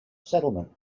settlement